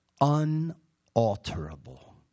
Unalterable